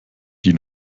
die